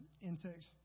insects